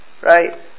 right